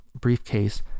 briefcase